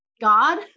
God